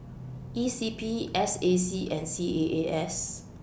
E C P S A C and C A A S